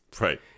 right